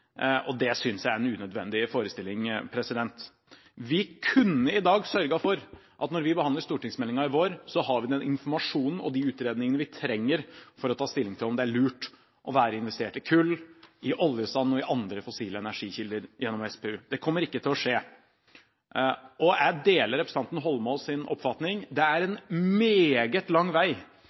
og det synes jeg er en unødvendig forestilling. Vi kunne i dag sørget for at når vi behandler stortingsmeldingen til våren, har vi den informasjonen og de utredningene vi trenger for å ta stilling til om det er lurt å investere i kull, i oljesand og i andre fossile energikilder gjennom SPU. Det kommer ikke til å skje. Og jeg deler representanten Holmås’ oppfatning: Det er en meget lang vei